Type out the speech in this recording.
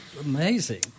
amazing